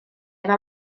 efo